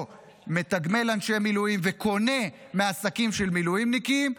מתגמל אנשי מילואים וקונה מעסקים של מילואימניקים,